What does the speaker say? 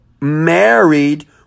married